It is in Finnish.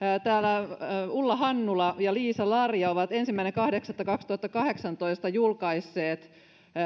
ulla hannula ja liisa larja ovat ensimmäinen kahdeksatta kaksituhattakahdeksantoista julkaisseet